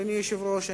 אדוני היושב-ראש,